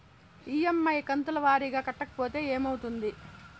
EMI కంతుల వారీగా కట్టకపోతే ఏమవుతుంది?